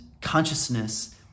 consciousness